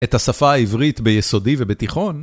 את השפה העברית ביסודי ובתיכון?